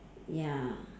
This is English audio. ya